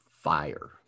fire